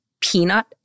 peanut